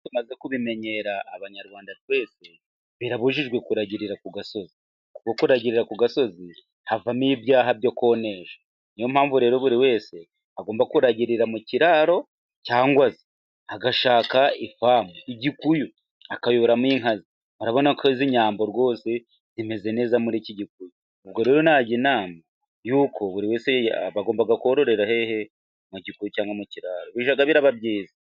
Tumaze kubimenyera abanyarwanda twese; birabujijwe kuragirira ku gasozi, kuko kuragirira ku gasozi, havamo ibyaha byo kunesha, ni yo mpamvu rero buri wese agomba kuragirira mu kiraro, cyangwa se agashaka ifamu/igikuyu, akororeramo inka ze, urabona ko izi nyambo rwose zimeze neza muri iki gikuyu, ubwo rero najya inama yuko buri wese bagomba krorera hehe ?Mu gikuyu cyangwa mu kiraro bijya biba byiza.